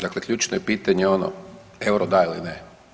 Dakle ključno je pitanje ono euro, da ili ne.